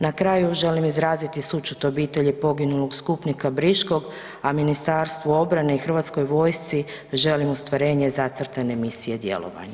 Na kraju želim izraziti sućut obitelji poginulog skupnika Briškog, a Ministarstvu obrane i Hrvatskoj vojsci želim ostvarenje zacrtane misije djelovanja.